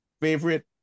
Favorite